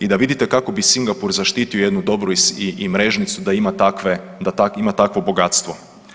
I da vidite kako bi Singapur zaštitio jednu Dobru i Mrežnicu da ima takve, da ima takvo bogatstvo.